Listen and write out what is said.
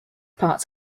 parts